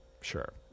sure